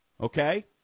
Okay